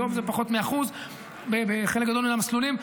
היום זה פחות מ-1% בחלק גדול מהמסלולים.